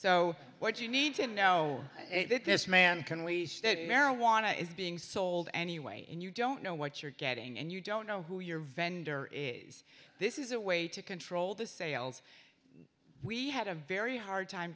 so what you need to know that this man can we stand marijuana is being sold anyway and you don't know what you're getting and you don't know who your vendor is this is a way to control the sales we had a very hard time